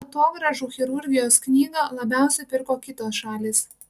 atogrąžų chirurgijos knygą labiausiai pirko kitos šalys